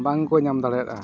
ᱵᱟᱝᱠᱚ ᱧᱟᱢ ᱫᱟᱲᱮᱭᱟᱫᱟ